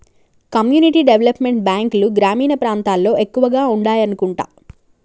community development బ్యాంకులు గ్రామీణ ప్రాంతాల్లో ఎక్కువగా ఉండాయనుకుంటా